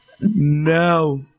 No